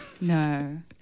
no